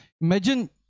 Imagine